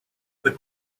but